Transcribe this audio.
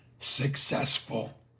Successful